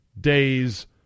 days